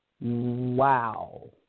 Wow